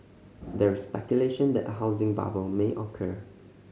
there is speculation that a housing bubble may occur